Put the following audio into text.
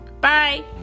Bye